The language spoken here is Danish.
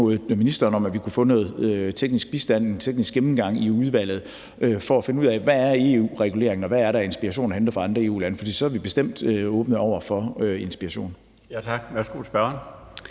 ministeren om, at vi kunne få noget teknisk bistand og en teknisk gennemgang i udvalget for at finde ud af, hvad EU-reguleringen er, og hvad der er af inspiration at hente fra andre EU-lande. Kl. 21:14 Den fg. formand (Bjarne Laustsen): Tak. Værsgo til spørgeren.